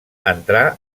entrà